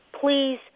please